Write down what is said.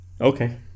Okay